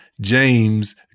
James